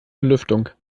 belüftung